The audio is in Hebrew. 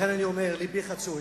לכן אני אומר: לבי חצוי,